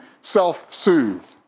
self-soothe